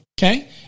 Okay